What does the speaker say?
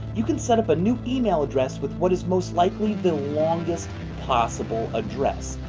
you can set up a new email address with what is most likely the longest possible address?